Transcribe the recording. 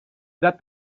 that